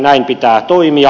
näin pitää toimia